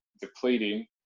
depleting